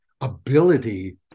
ability